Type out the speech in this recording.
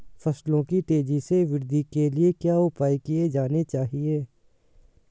फसलों की तेज़ी से वृद्धि के लिए क्या उपाय किए जाने चाहिए?